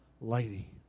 lady